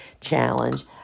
challenge